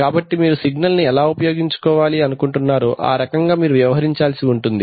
కాబట్టి మీరు సిగ్నల్ ఎలా ఉపయోగించుకోవాలి అనుకుంటున్నారో ఆ రకంగా మీరు వ్యవహరించాల్సి ఉంటుంది